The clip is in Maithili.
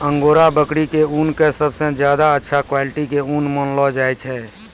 अंगोरा बकरी के ऊन कॅ सबसॅ ज्यादा अच्छा क्वालिटी के ऊन मानलो जाय छै